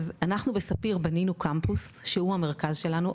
אז אחנו בספיר בנינו קמפוס שהוא המרכז שלנו,